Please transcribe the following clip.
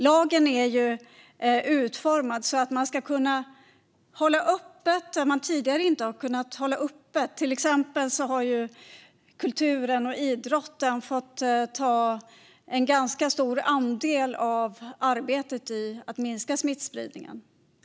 Lagen är utformad så att man ska kunna hålla öppet där man tidigare inte har kunnat göra det. Till exempel har kulturen och idrotten fått ta en ganska stor andel av arbetet med att minska smittspridningen.